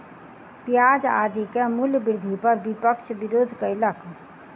प्याज आदि के मूल्य वृद्धि पर विपक्ष विरोध कयलक